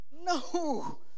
No